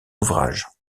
ouvrages